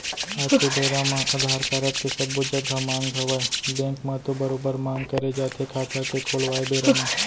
आज के बेरा म अधार कारड के सब्बो जघा मांग हवय बेंक म तो बरोबर मांग करे जाथे खाता के खोलवाय बेरा म